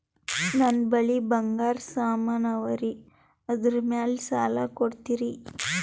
ನನ್ನ ಬಳಿ ಬಂಗಾರ ಸಾಮಾನ ಅವರಿ ಅದರ ಮ್ಯಾಲ ಸಾಲ ಕೊಡ್ತೀರಿ?